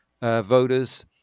voters